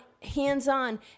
hands-on